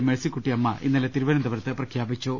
മേഴിസിക്കുട്ടിയമ്മ ഇന്നലെ തിരുവനന്തപുരത്ത് പ്രഖ്യാപി ച്ചു